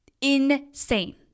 insane